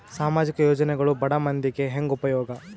ಸಾಮಾಜಿಕ ಯೋಜನೆಗಳು ಬಡ ಮಂದಿಗೆ ಹೆಂಗ್ ಉಪಯೋಗ?